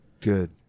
Good